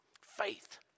Faith